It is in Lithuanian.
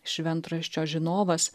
šventraščio žinovas